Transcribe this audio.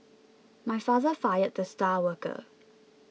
my father fired the star worker